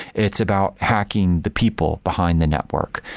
it's about packing the people behind the network,